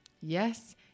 Yes